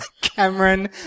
Cameron